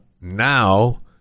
now